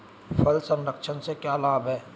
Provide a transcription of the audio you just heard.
फल संरक्षण से क्या लाभ है?